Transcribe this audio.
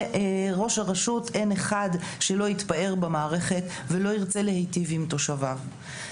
וראש הרשות אין אחד שלא יתפאר במערכת ולא ירצה להיטיב עם תושביו.